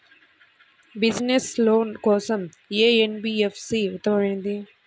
Business loan కోసం ఏ NBFC ఉత్తమమైనది?